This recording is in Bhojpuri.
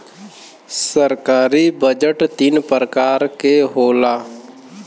सरकारी बजट तीन परकार के होला